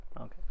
Okay